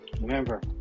remember